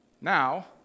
Now